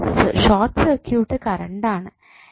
ഇത് short circuit current ആണ്